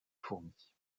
fourmies